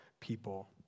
people